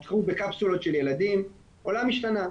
פתחו בקפסולות של ילדים, העולם השתנה.